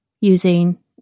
using